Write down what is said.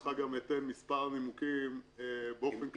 ברשותך אומר מספר נימוקים באופן כללי,